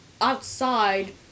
outside